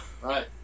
Right